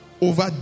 over